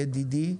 ידידי,